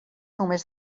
només